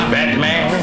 Batman